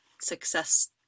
success